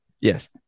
Yes